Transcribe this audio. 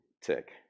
tick